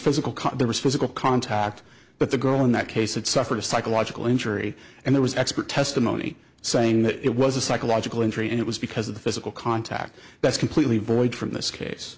physical cause the responsible contact but the girl in that case had suffered a psychological injury and there was expert testimony saying that it was a psychological injury and it was because of the physical contact that's completely void from this case